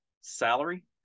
salary